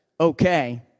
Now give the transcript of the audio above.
okay